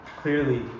clearly